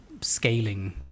scaling